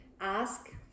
ask